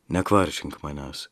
nekvaršink manęs